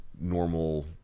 normal